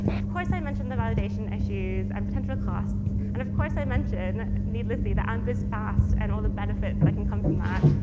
of course, i mention the validation issues and potential costs. and of course, i mention, needlessly, that amp is fast and all the benefits that can come from that.